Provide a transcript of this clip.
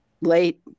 late